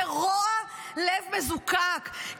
זה רוע לב מזוקק,